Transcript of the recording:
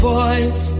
voice